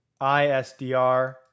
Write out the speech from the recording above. ISDR